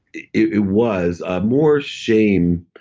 it was. ah more shame-based,